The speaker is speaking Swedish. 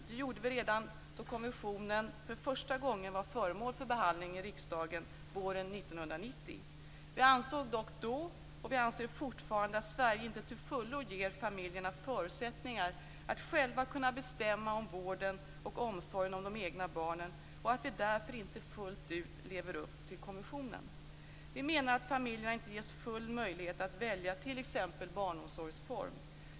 Det gjorde vi redan då konventionen för första gången var förmål för behandling i riksdagen, våren 1990. Vi ansåg dock då, och vi anser fortfarande, att Sverige inte till fullo ger familjerna förutsättningar att själva kunna bestämma om vården och omsorgen om de egna barnen och att vi därför inte fullt ut lever upp till konventionen. Vi menar att familjerna inte ges full möjlighet att välja t.ex. barnomsorgsform.